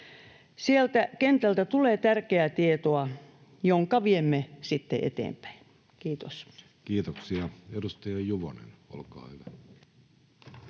Sieltä kentältä tulee tärkeää tietoa, jonka viemme sitten eteenpäin. — Kiitos. Kiitoksia. — Edustaja Juvonen, olkaa hyvä.